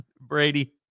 Brady